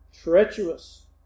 treacherous